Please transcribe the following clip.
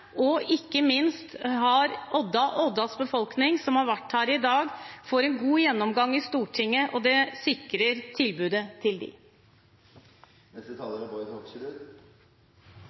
og ikke minst får Odda og Oddas befolkning – noen av dem har vært her i dag – en god gjennomgang i Stortinget, og det sikrer tilbudet deres. Trygghet er